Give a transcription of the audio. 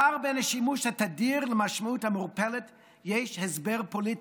לפער בין השימוש התדיר למשמעות המעורפלת יש הסבר פוליטי: